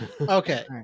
Okay